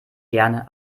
gerne